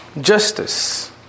justice